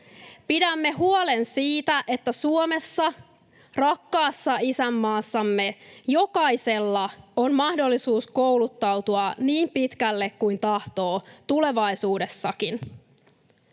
Pidämme huolen siitä, että Suomessa, rakkaassa isänmaassamme, jokaisella on mahdollisuus kouluttautua niin pitkälle kuin tahtoo tulevaisuudessakin.